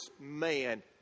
man